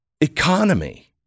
economy